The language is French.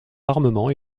armement